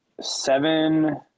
seven